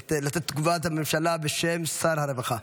לתת את תגובת הממשלה בשם שר הרווחה.